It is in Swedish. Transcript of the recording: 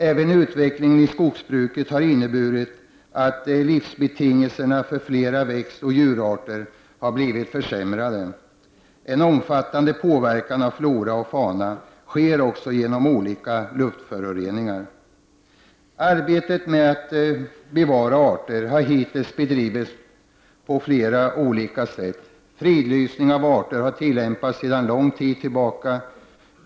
Även utvecklingen i skogsbruket har inneburit att livsbetingelserna för flera växtoch djurarter har blivit försämrade. En omfattande inverkan på flora och fauna sker också genom olika luftföroreningar. 39 Arbetet med att bevara arter har hittills bedrivits på flera olika sätt. Fridlysning av arter har tillämpats sedan lång tid tillbaka.